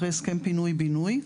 אחרי הסכם פינוי בינוי.